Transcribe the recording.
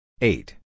Eight